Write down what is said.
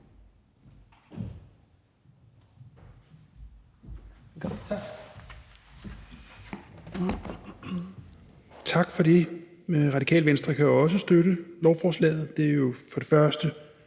Tak for det. Radikale Venstre kan også støtte lovforslaget. Det er jo